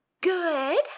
good